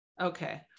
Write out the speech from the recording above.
okay